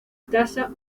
escasa